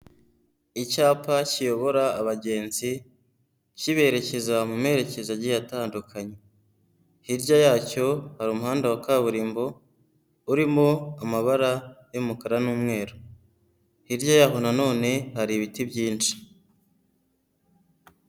Icyapa kiyobora abagenzi kiberekeza mu merekezo agiye atandukanye, hirya yacyo hari umuhanda wa kaburimbo urimo amabara y'umukara n'umweru, hirya yaho na none hari ibiti byinshi.